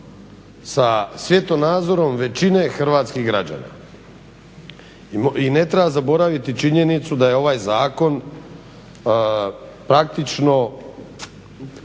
sa svjetonazorom većine hrvatskih građana. I ne treba zaboraviti činjenicu da je ovaj zakon praktično